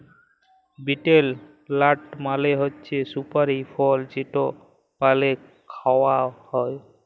betel লাট মালে হছে সুপারি ফল যেট পালে খাউয়া হ্যয়